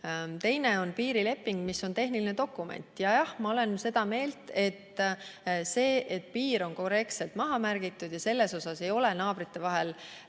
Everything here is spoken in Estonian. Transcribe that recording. [asi] on piirileping, mis on tehniline dokument. Jah, ma olen seda meelt, et see, et piir on korrektselt maha märgitud ja naabrite vahel